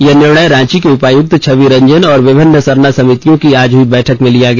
यह निर्णय रांची के उपायुक्त छवि रंजन और विभिन्न सरना समितियों की आज हुई बैठक में लिया गया